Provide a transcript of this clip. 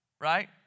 right